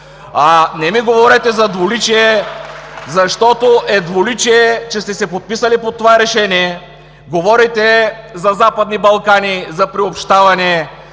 Не ми говорете за двуличие, защото двуличие е, че сте се подписали под това решение. Говорите за Западни Балкани, за приобщаване,